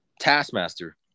Taskmaster